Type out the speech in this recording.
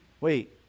wait